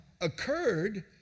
occurred